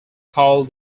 called